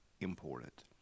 important